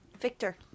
Victor